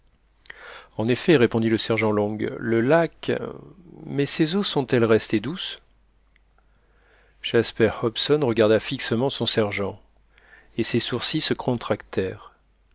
en effet répondit le sergent long le lac mais ses eaux sont-elles restées douces jasper hobson regarda fixement son sergent et ses sourcils se